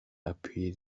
appuyer